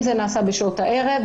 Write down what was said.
אם זה נעשה בשעות הערב,